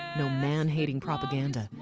no man-hating propaganda,